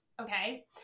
okay